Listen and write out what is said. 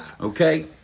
Okay